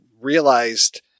realized